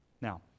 Now